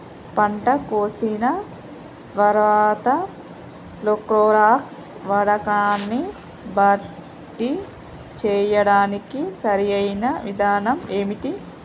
పంట కోసిన తర్వాత ప్రోక్లోరాక్స్ వాడకాన్ని భర్తీ చేయడానికి సరియైన విధానం ఏమిటి?